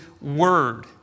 word